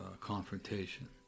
confrontation